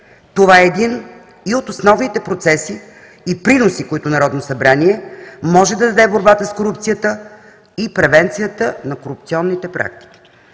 Това е един и от основните процеси и приноси, които Народното събрание може да даде в борбата с корупцията и превенцията на корупционните практики.